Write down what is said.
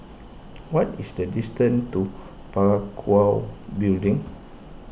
what is the distance to Parakou Building